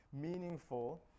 meaningful